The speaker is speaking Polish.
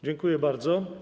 Dziękuję bardzo.